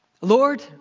Lord